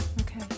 Okay